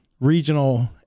regional